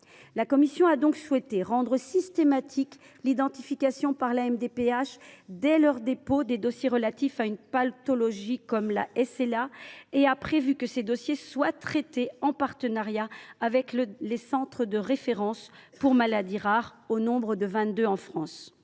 La commission a donc souhaité rendre systématique l’identification par la MDPH, dès leur dépôt, des dossiers relatifs à une pathologie comme la SLA ; elle a prévu que ces dossiers seront traités en partenariat avec les centres de référence pour maladies rares, qui sont au nombre de vingt deux en France.